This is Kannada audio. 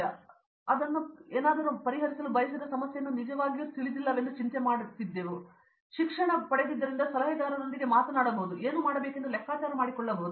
ಹಾಗಾಗಿ ನಾನು ಪ್ರವೇಶಿಸಿದಾಗ ಅದು ಏನಾದರೂ ಮತ್ತು ನಾನು ಪರಿಹರಿಸಲು ಬಯಸಿದ ಸಮಸ್ಯೆಯನ್ನು ನಾನು ನಿಜವಾಗಿಯೂ ತಿಳಿದಿಲ್ಲವೆಂದು ಚಿಂತೆ ಮಾಡುತ್ತಿದ್ದೆವು ಆದರೆ ನಾವು ಶಿಕ್ಷಣವನ್ನು ಮಾಡಿದ್ದರಿಂದ ನಿಮ್ಮ ಸಲಹೆಗಾರರೊಂದಿಗೆ ಮಾತನಾಡಬಹುದು ಮತ್ತು ನೀವು ಏನು ಮಾಡಬೇಕೆಂದು ಲೆಕ್ಕಾಚಾರ ಮಾಡಿಕೊಳ್ಳಬಹುದು